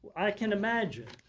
i can imagine.